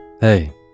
Hey